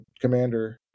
commander